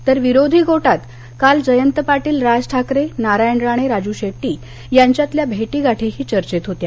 तर विरोधी गोटात काल जयंत पाटील राज ठाकरे नारायण राणे राजू शेट्टी यांच्यातल्या भेटीगाठीही चर्चेत होत्या